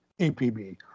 APB